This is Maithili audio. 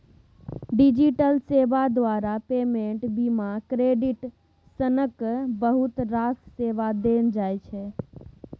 डिजिटल सेबा द्वारा पेमेंट, बीमा, क्रेडिट सनक बहुत रास सेबा देल जाइ छै